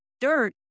dirt